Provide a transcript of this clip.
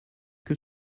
que